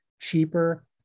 cheaper